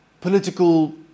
political